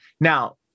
now